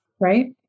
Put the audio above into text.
Right